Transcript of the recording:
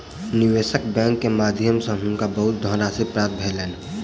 निवेशक बैंक के माध्यम सॅ हुनका बहुत धनराशि प्राप्त भेलैन